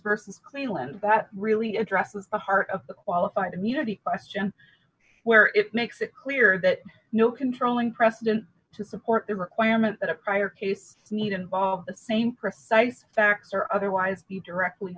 versus cleveland that really addresses the heart of the qualified immunity question where it makes it clear that no controlling precedent to support the requirement that a prior to the need involve the same precise facts or otherwise be directly